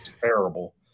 terrible